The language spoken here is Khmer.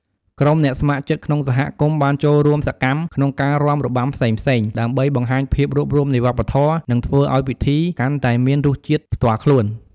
ក្រុមអ្នកស្ម័គ្រចិត្តក្នុងសហគមន៍បានចូលរួមសកម្មក្នុងការរាំរបាំផ្សេងៗ ដើម្បីបង្ហាញភាពរួបរួមនៃវប្បធម៌ និងធ្វើឲ្យពិធីកាន់តែមានរសជាតិផ្ទាល់ខ្លួន។